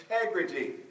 integrity